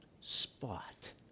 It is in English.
spot